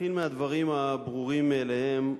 נתחיל מהדברים הברורים מאליהם,